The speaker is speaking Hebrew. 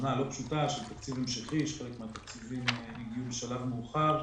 שנה לא פשוטה של תקציב ממשלתי כשחלק מהתקציבים הגיעו בשלב מאוחר.